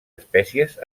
espècies